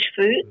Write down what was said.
food